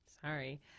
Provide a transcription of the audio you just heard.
Sorry